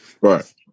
Right